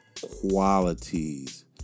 qualities